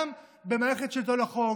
גם במערכת שלטון החוק,